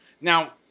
Now